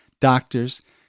doctors